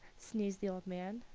sneezed the old man,